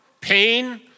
pain